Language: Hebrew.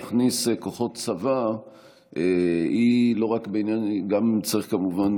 היכולת להכניס כוחות צבא, צריך, כמובן,